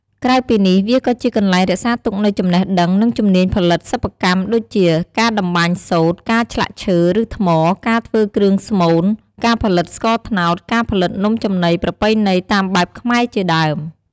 ក្រៅពីនេះវាក៏ជាកន្លែងរក្សាទុកនូវចំណេះដឹង និងជំនាញផលិតសិប្បកម្មដូចជា ការតម្បាញសូត្រ ការឆ្លាក់ឈើ ឬថ្ម ការធ្វើគ្រឿងស្មូន ការផលិតស្ករត្នោត ការផលិតនំចំណីប្រពៃណីតាមបែបខ្មែរជាដើម។